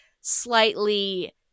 slightly